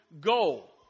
goal